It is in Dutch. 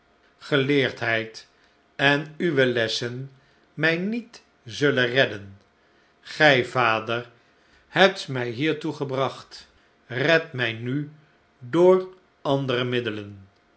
geleerdheid en uwe lessen mij niet zullen redden gij vader hebt mij hiertoe gebracht red mij nu door andere middelen